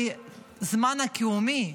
בזמן הקיומי,